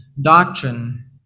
doctrine